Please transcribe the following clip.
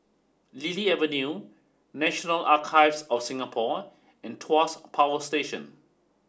Lily Avenue National Archives of Singapore and Tuas Power Station